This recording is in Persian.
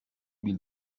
بیل